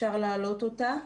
אפשר להעלות אותה.